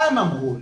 מה הם אמרו לי?